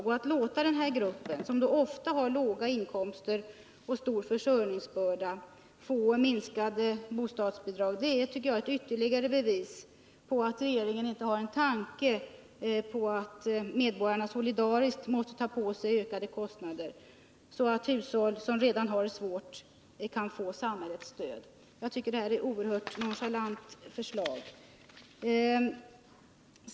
Och att man låter en grupp som ofta har låga inkomster och stor försörjningsbörda få minskade bostadsbidrag är ett ytterligare bevis för att regeringen inte har en tanke på att medborgarna solidariskt måste ta på sig ökade kostnader, så att hushåll som har det svårt kan få samhällets stöd. Det är ett oerhört nonchalant förslag.